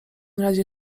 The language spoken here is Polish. razie